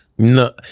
No